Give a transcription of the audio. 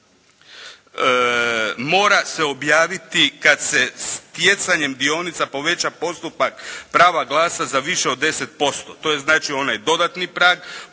mora se objaviti kad se stjecanjem dionica poveća postupak prava glasa za više od 10%. To je znači onaj dodatni prag.